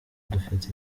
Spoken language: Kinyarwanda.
dufite